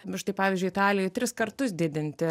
nu štai pavyzdžiui italijai tris kartus didinti